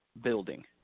building